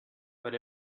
but